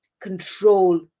control